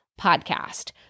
podcast